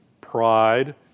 Pride